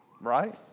right